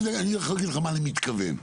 אני אגיד לך למה אני מתכוון.